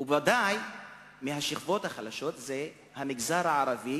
וודאי שמהשכבות החלשות המגזר הערבי